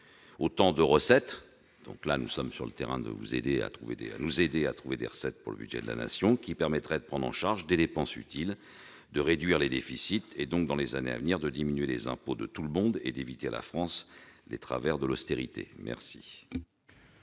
autant de recettes- nous voulons aider le Gouvernement à trouver de l'argent pour le budget de la Nation -qui permettraient de prendre en charge les dépenses utiles, de réduire les déficits et donc, dans les années à venir, de diminuer les impôts de tout le monde pour éviter à la France les travers de l'austérité.